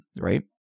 Right